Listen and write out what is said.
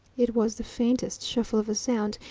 it was the faintest shuffle of sound,